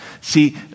See